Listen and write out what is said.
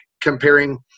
comparing